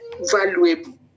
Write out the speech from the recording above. valuable